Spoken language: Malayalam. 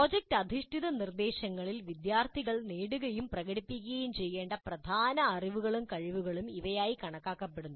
പ്രോജക്റ്റ് അധിഷ്ഠിത നിർദ്ദേശങ്ങളിൽ വിദ്യാർത്ഥികൾ നേടുകയും പ്രകടിപ്പിക്കുകയും ചെയ്യേണ്ട പ്രധാന അറിവും കഴിവുകളും ഇവയായി കണക്കാക്കപ്പെടുന്നു